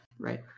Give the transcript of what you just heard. right